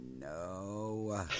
No